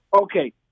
Okay